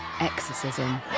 exorcism